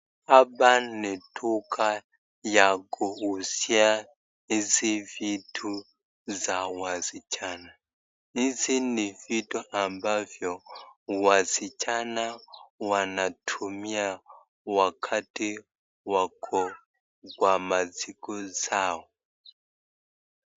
Hapa ni duka ya kuuzia hizi vitu za waschana ,hizi ni vitu ambavyo waschana wanatumia wakati wako kwa masiku zao.